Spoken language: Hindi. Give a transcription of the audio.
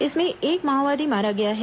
इसमें एक माओवादी मारा गया है